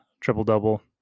triple-double